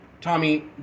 Tommy